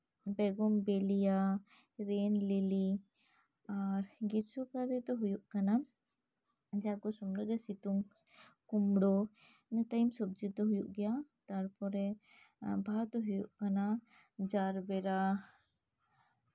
ᱵᱮᱜᱩᱱ ᱵᱤᱞᱤᱭᱟ ᱜᱨᱤᱱ ᱞᱤᱞᱤ ᱟᱨ ᱠᱤᱪᱷᱩ ᱫᱟᱨᱤ ᱫᱚ ᱦᱩᱭᱩᱜ ᱠᱟᱱᱟ ᱡᱟᱦᱟᱸ ᱠᱚ ᱥᱚᱢᱚᱭ ᱨᱮᱜᱮ ᱥᱤᱛᱩᱝ ᱠᱩᱢᱲᱳ ᱤᱱᱟᱹ ᱴᱟᱭᱤᱢ ᱥᱚᱵᱡᱤ ᱫᱚ ᱦᱩᱭᱩᱜ ᱜᱮᱭᱟ ᱛᱟᱨᱯᱚᱨᱮ ᱮ ᱵᱟᱦᱟ ᱫᱚ ᱦᱩᱭᱩᱜ ᱠᱟᱱᱟ ᱡᱟᱨᱵᱮᱨᱟ